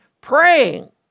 Praying